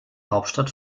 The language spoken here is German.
hauptstadt